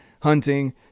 hunting